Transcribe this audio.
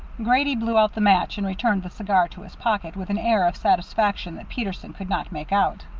grady blew out the match and returned the cigar to his pocket, with an air of satisfaction that peterson could not make out.